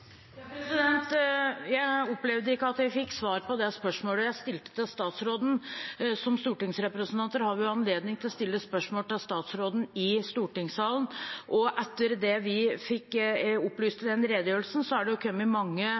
Jeg opplevde ikke at jeg fikk svar på det spørsmålet jeg stilte statsråden. Som stortingsrepresentanter har vi jo anledning til å stille spørsmål til statsråden i stortingssalen, og etter det vi fikk opplyst i redegjørelsen, har det kommet mange